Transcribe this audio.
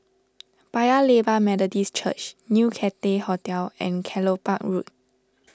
Paya Lebar Methodist Church New Cathay Hotel and Kelopak Road